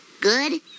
Good